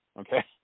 Okay